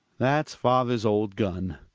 that's father's old gun.